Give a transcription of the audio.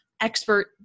expert